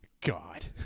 God